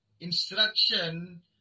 Instruction